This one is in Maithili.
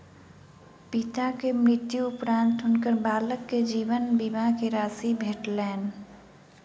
पिता के मृत्यु उपरान्त हुनकर बालक के जीवन बीमा के राशि भेटलैन